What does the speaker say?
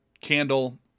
candle